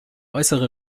äußere